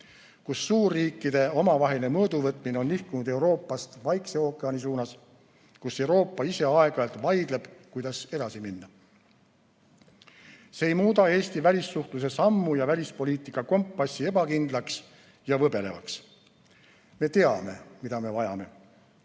kus suurriikide omavaheline mõõduvõtmine on nihkunud Euroopast Vaikse ookeani suunas, kus Euroopa ise aeg‑ajalt vaidleb, kuidas edasi minna. See ei muuda Eesti välissuhtluse sammu ja välispoliitika kompassi ebakindlaks ja võbelevaks. Me teame, mida me vajame: